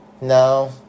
No